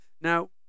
Now